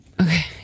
Okay